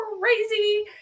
crazy